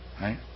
right